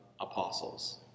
apostles